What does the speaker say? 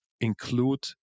include